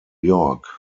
york